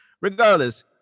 Regardless